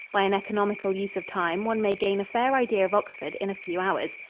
by an economical use of time, one may gain a fair idea of oxford in a few hours.